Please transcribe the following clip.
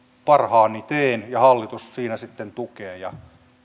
parhaani teen ja hallitus siinä sitten tukee ja